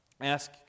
ask